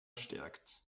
stärkt